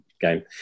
game